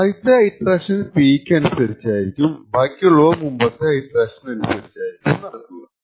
ആദ്യത്തെ iteration P ക്ക് അനുസരിച്ചും ബാക്കിയുള്ളവ മുമ്പത്തെ ഇറ്ററേഷന് അനുസരിച്ചുമാണ് നടക്കുക